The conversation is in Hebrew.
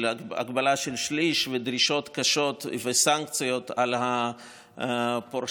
הגבלה של שליש ודרישות קשות וסנקציות על הפורשים?